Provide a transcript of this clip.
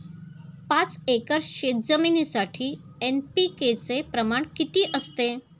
पाच एकर शेतजमिनीसाठी एन.पी.के चे प्रमाण किती असते?